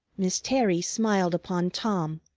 miss terry smiled upon tom,